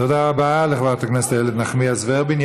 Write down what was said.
תודה רבה לחברת הכנסת איילת נחמיאס ורבין.